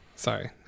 Sorry